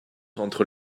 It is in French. entre